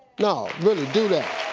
nah, really, do that.